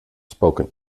spoken